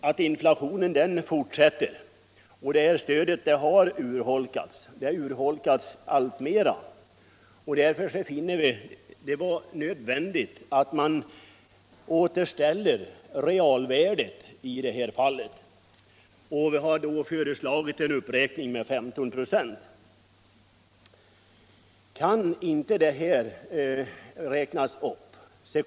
Och inflationen fortsätter. Stödet har urholkats, och det försämras efter hand allt mera. Därför fann vi det vara nödvändigt att återställa stödets realvärde och föreslog för den skull en uppräkning på 15 96.